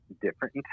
different